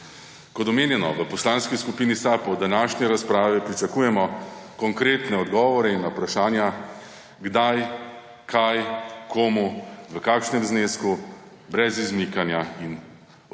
Kot omenjeno, v Poslanski skupini SAB od današnje razprave pričakujemo konkretne odgovore na vprašanja – kdaj, kaj, komu, v kakšnem znesku; brez izmikanja in okolišanja.